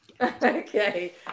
Okay